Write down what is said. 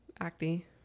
Acne